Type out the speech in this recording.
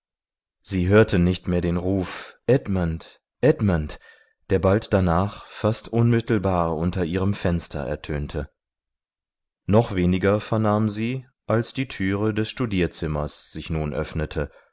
sie hörte nicht mehr den ruf edmund edmund der bald danach fast unmittelbar unter ihrem fenster ertönte noch weniger vernahm sie als die türe des studierzimmers sich nun öffnete